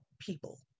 people